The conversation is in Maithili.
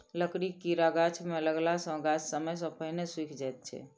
लकड़ीक कीड़ा गाछ मे लगला सॅ गाछ समय सॅ पहिने सुइख जाइत छै